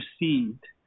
received